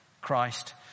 Christ